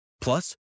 Plus